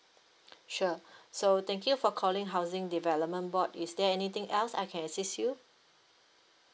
sure so thank you for calling housing development board is there anything else I can assist you